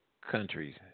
countries